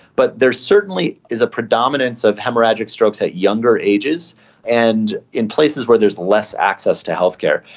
but there certainly is a predominance of haemorrhagic strokes at younger ages and in places where there is less access to healthcare.